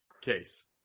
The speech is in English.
Case